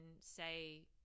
say